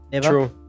true